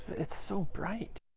it's so bright.